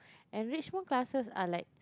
enrichment classes are like